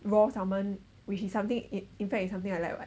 raw salmon which is something it in fact is something I like what